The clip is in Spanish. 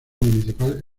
municipal